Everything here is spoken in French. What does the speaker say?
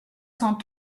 cent